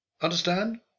Understand